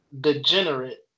degenerate